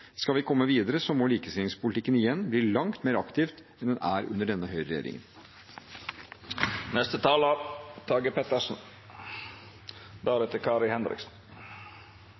Skal vi komme videre, må likestillingspolitikken igjen bli langt mer aktiv enn den er under denne